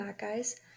guys